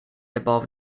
above